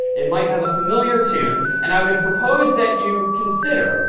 it might have a familiar tune, and i would propose that you consider,